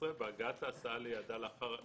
בהגעת ההסעה ליעדה לאחר הלימודים,